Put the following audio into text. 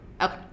Okay